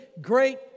great